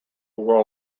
were